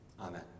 Amen